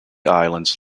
islands